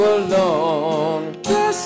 alone